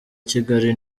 kigali